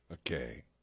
Okay